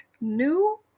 new